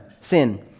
Sin